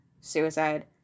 suicide